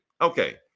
okay